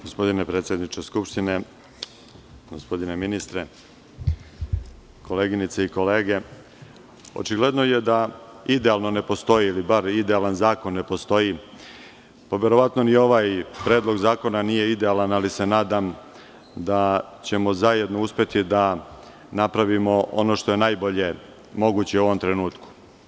Gospodine predsedniče Skupštine, gospodine ministre, koleginice i kolege, očigledno je da idealno ne postoji ili bar idealan zakon ne postoji, pa verovatno ni ovaj predlog zakona nije idealan, ali se nadam da ćemo zajedno uspeti da napravimo ono što je najbolje moguće u ovom trenutku.